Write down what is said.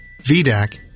VDAC